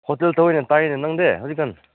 hotel ꯇꯧꯋꯦꯅ ꯇꯥꯏꯅꯦ ꯅꯪꯗꯤ ꯍꯧꯖꯤꯛꯀꯥꯟ